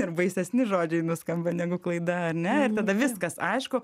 ir baisesni žodžiai nuskamba negu klaida ane ir tada viskas aišku